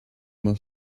more